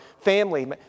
family